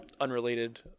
unrelated